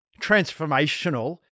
transformational